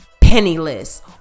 penniless